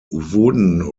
wooden